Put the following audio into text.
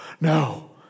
no